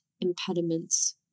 impediments